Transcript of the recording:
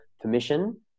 permission